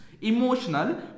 Emotional